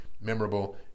memorable